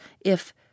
if